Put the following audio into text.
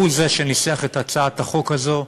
שהוא זה שניסח את הצעת החוק הזאת,